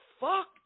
fuck